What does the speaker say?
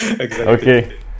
Okay